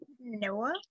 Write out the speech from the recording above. Noah